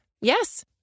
Yes